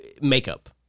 makeup